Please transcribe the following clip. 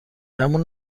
گمون